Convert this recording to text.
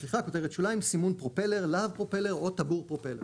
"סימון פרופלר, להב פרופלר או טבור פרופלר